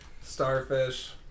Starfish